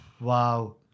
Wow